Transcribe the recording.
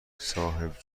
صاحب